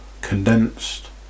condensed